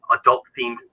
adult-themed